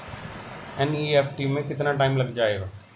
NEFT में कितना time लग जाएगा?